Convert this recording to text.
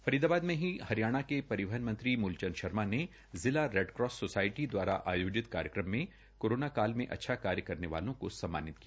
फरीदाबाद मे ही हरियाणा के परिवहन मंत्री मुलचंद शर्मा ने जिला रेडक्रास सोसायटी दवारा आयोजित कार्यक्रम में कोरोना काल मे अच्छा कार्य करने वालों को सम्मानित किया